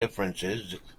differences